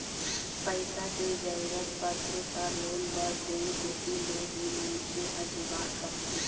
पइसा के जरूरत परथे त लोन बर बेंक कोती ले ही मनखे ह जुगाड़ करथे